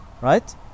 Right